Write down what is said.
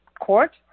court